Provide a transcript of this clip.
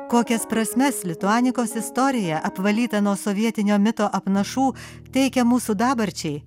kokias prasmes lituanikos istorija apvalyta nuo sovietinio mito apnašų teikia mūsų dabarčiai